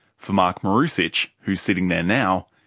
for mark marusic, who's sitting there now,